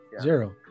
Zero